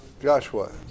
Joshua